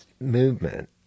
movement